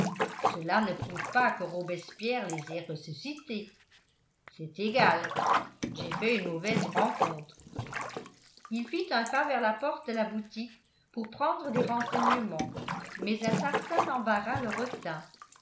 cela ne prouve pas que robespierre les ait ressuscités c'est égal j'ai fait une mauvaise rencontre il fit un pas vers la porte de la boutique pour prendre des renseignements mais un certain embarras le retint